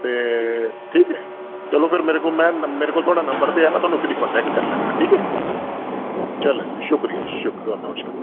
ते ठीक ऐ चलो फेर मेरे कोल में मेरे कोल थुआढ़ा नंबर ते ऐ में थोआनु फिरी कोनटैक्ट करी लैगा ठीक ऐ चलो जी शुक्रिया शुक्रिया जी नमस्कार